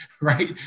right